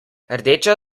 rdeča